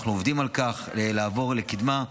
אנחנו עובדים על כך, לעבור לקדמה.